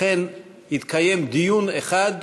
לכן יתקיים דיון אחד,